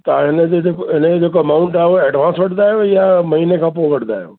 तव्हां इनजो जेको हिनजो जेको अमाउंट आहे उहो एडवांस वठंदा आहियो या महीने खां पोइ वठंदा आहियो